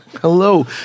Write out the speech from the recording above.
Hello